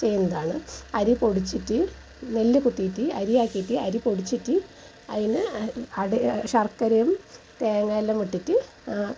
ചെയ്യുന്നതാണ് അരി പൊടിച്ചിട്ട് നെല്ല് കുത്തിയിട്ട് അരിയാക്കിയിട്ട് അരി പൊടിച്ചിട്ട് അതിനെ അട ശർക്കരയും തേങ്ങയെല്ലാം ഇട്ടിട്ട്